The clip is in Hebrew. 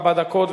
ארבע דקות.